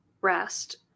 rest